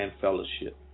fellowship